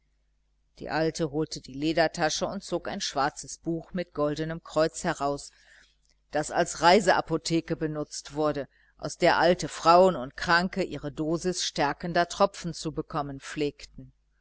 die alte holte die ledertasche und zog ein schwarzes buch mit goldenem kreuz heraus das als reiseapotheke benutzt wurde aus der alte frauen und kranke ihre dosis stärkender tropfen zu bekommen pflegten